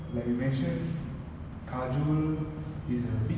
I think her first movie was in tamil if I'm not wrong during that time if I'm not wrong